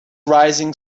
rising